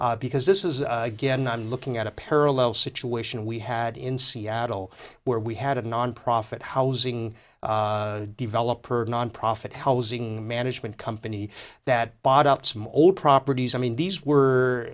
because this is again i'm looking at a parallel situation we had in seattle where we had a nonprofit housing developer nonprofit housing management company that bought out small properties i mean these were